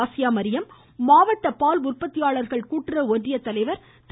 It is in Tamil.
ஆசியா மரியம் மாவட்ட பால் உற்பத்தியாளர்கள் கூட்டுறவு ஒன்றிய தலைவர் திரு